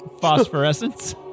Phosphorescence